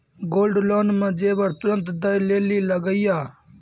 Gold loan मे जेबर तुरंत दै लेली लागेया?